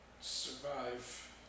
survive